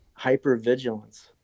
hypervigilance